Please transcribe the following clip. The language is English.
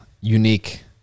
unique